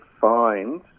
find